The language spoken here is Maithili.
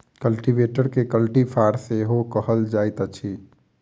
कल्टीवेटरकेँ कल्टी फार सेहो कहल जाइत अछि